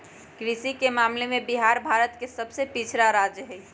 कृषि के मामले में बिहार भारत के सबसे पिछड़ा राज्य हई